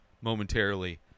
momentarily